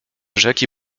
rzeki